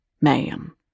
ma'am